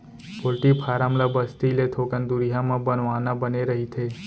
poultry farm ल बस्ती ले थोकन दुरिहा म बनवाना बने रहिथे